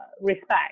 Respect